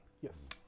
Yes